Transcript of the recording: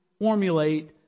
formulate